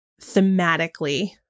thematically